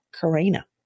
Karina